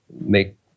make